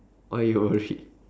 why you worried